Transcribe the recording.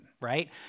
right